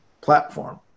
platform